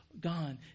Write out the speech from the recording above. gone